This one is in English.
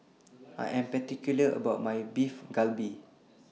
I Am particular about My Beef Galbi